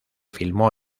filmó